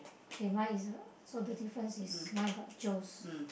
okay mine is so the difference is mine got Joe's